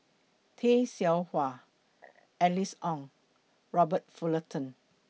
Tay Seow Huah Alice Ong Robert Fullerton